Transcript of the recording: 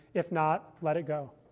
if not, let it go.